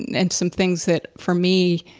and some things that for me,